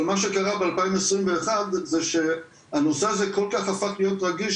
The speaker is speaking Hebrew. אבל מה שקרה ב- 2021 זה שהנושא הזה כל כך הפך להיות רגיש,